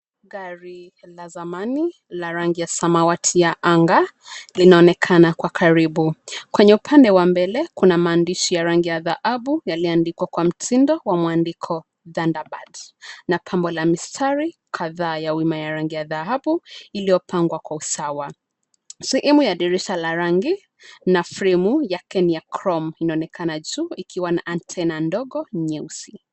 Gari la zamani la rangi ya samawati ya anga linaonekana kwa karibu. Kwenye upande wa mbele kuna maandishi ya rangi ya dhahabu yaliandikwa kwa mtindo wa mwandiko Thunderbolt na pambo la mistari kadhaa ya wima ya rangi ya dhahabu iliyopangwa kwa usawa. Sehemu ya dirisha la rangi na fremu yake ni ya kromu inaonekana juu ikiwa na antena ndogo nyeusi.